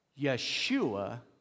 Yeshua